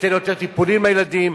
ניתן יותר טיפולים לילדים,